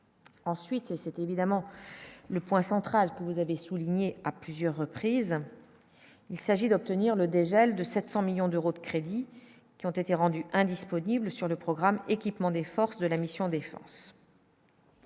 Ensuite, et c'est évidemment le point central, que vous avez souligné à plusieurs reprises, il s'agit d'obtenir le dégel de 700 millions d'euros de crédits qui ont été rendus indisponibles sur le programme, équipement des forces de la mission défense.